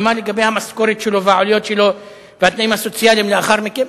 ומה לגבי המשכורת שלו והעלויות שלו והתנאים הסוציאליים לאחר מכן?